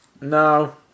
No